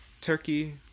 Turkey